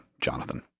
Jonathan